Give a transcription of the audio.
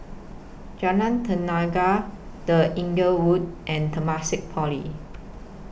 Jalan Tenaga The Inglewood and Temasek Poly